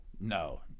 no